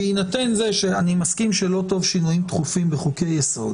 אני מסכים שלא טוב שינויים תכופים בחוקי יסוד,